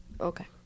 Okay